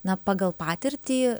na pagal patirtį